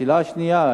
שאלה שנייה,